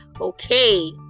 Okay